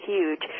huge